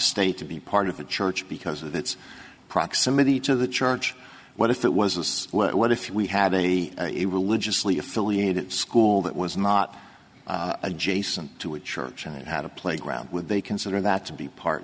state to be part of a church because of its proximity to the church what if it was this what if we had a religiously affiliated school that was not adjacent to a church and had a playground with they consider that to be part